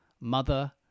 Mother